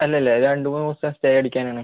അല്ല അല്ല രണ്ട് മൂന്ന് ദിവസത്ത സ്റ്റേ അടിക്കാൻ ആണ്